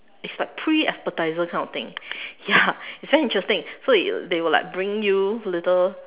it's like pre appetizer kind of thing ya it's very interesting so they will like bring you little